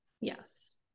Yes